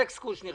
אלכס קושניר.